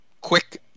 quick